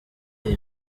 iri